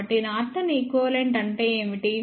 కాబట్టి Norton equivalent అంటే ఏమిటి